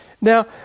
Now